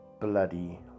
bloody